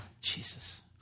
Jesus